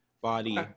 body